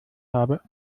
habe